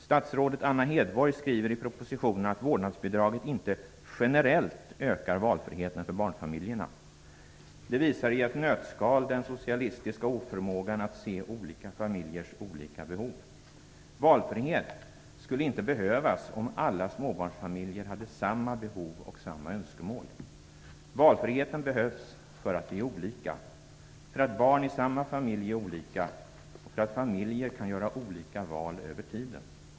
Statsrådet Anna Hedborg skriver i propositionen att vårdnadsbidraget inte "generellt ökar valfriheten för barnfamiljerna". Det visar i ett nötskal den socialistiska oförmågan att se olika familjers olika behov. Valfrihet skulle inte behövas om alla småbarnsfamiljer hade samma behov och samma önskemål. Valfriheten behövs för att vi är olika, för att barn i samma familj är olika, för att familjer kan göra olika val över tiden.